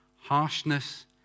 harshness